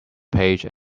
page